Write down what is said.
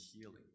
healing